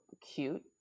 cute